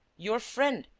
your friend.